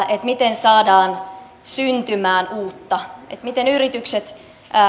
miten saadaan syntymään uutta miten yritykset